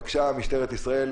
בבקשה, משטרת ישראל.